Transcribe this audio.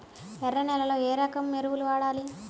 ఎర్ర నేలలో ఏ రకం ఎరువులు వాడాలి?